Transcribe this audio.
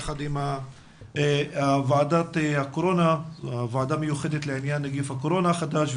יחד עם הוועדה המיוחדת לעניין נגיף הקורונה החדש,